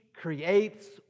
creates